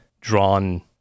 drawn